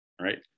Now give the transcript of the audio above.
Right